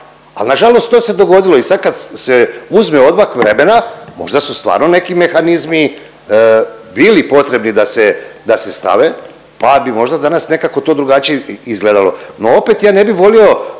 Ali nažalost to se dogodilo i sad kad se uzme odmak vremena, možda se stvarno neki mehanizmi bili potrebni da se stave, pa bi možda danas nekako to drugačije izgledalo. No opet ja ne bi volio